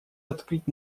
открыть